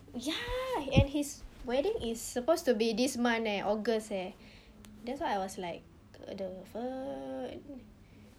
ya and his wedding is supposed to be this month leh august eh that's why I was like wh~ the fuck